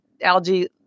algae